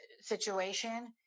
situation